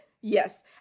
Yes